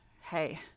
hey